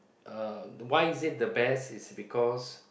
uh why is it the best is because